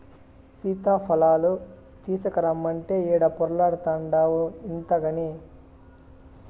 సీతాఫలాలు తీసకరమ్మంటే ఈడ పొర్లాడతాన్డావు ఇంతగని